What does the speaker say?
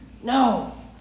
No